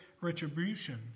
retribution